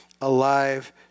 alive